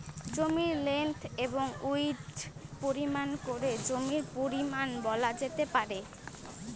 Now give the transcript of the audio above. জমির লেন্থ এবং উইড্থ পরিমাপ করে জমির পরিমান বলা যেতে পারে